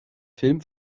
film